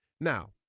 Now